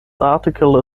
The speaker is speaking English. article